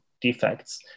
defects